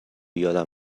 یادم